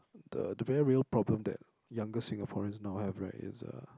the the very real problem that younger Singaporeans now have right is the